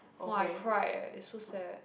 !whoa! I cry eh it's so sad